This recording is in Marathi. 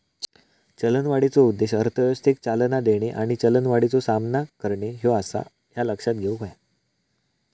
चलनवाढीचो उद्देश अर्थव्यवस्थेक चालना देणे आणि चलनवाढीचो सामना करणे ह्यो आसा, ह्या लक्षात घेऊक हव्या